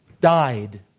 died